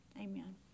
Amen